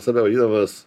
save vadinamės